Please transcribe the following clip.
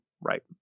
right